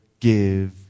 give